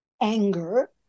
anger